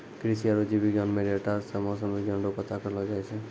कृषि आरु जीव विज्ञान मे डाटा से मौसम विज्ञान रो पता करलो जाय छै